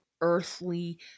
earthly